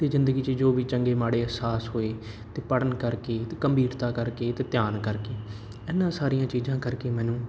ਤੇ ਜ਼ਿੰਦਗੀ 'ਚ ਜੋ ਵੀ ਚੰਗੇ ਮਾੜੇ ਅਹਿਸਾਸ ਹੋਏ ਅਤੇ ਪੜ੍ਹਨ ਕਰਕੇ ਅਤੇ ਗੰਭੀਰਤਾ ਕਰਕੇ ਅਤੇ ਧਿਆਨ ਕਰਕੇ ਇਨ੍ਹਾਂ ਸਾਰੀਆਂ ਚੀਜ਼ਾਂ ਕਰਕੇ ਮੈਨੂੰ